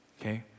Okay